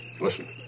listen